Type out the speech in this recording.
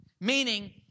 Meaning